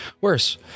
worse